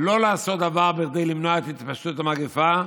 לא לעשות דבר כדי למנוע את התפשטות המגפה,